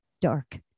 dark